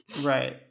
Right